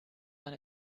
man